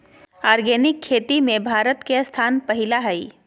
organic खेती में भारत के स्थान पहिला हइ